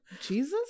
Jesus